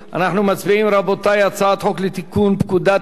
על הצעת חוק לתיקון פקודת תעבורה (מס' 106),